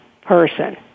person